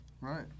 Right